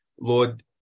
Lord